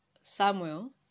Samuel